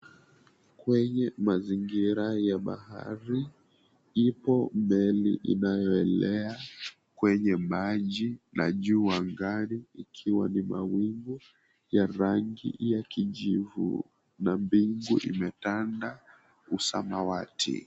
Kwenye mazingira ya bahari, ipo meli inayoelea kwenye maji na juu angani ikiwa ni mawingu ya rangi ya kijivu na mbingu imetanda usamawati.